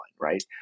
right